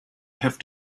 have